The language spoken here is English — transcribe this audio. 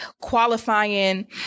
qualifying